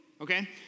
Okay